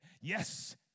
Yes